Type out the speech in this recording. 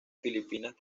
filipinas